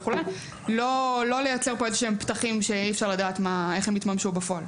לא לייצר פה איזה שהם פתחים שאי אפשר לדעת איך הם יתממשו בפועל.